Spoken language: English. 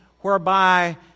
whereby